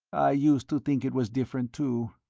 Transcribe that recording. i used to think it was different, too.